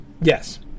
Yes